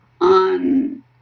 On